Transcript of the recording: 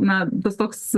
na tas toks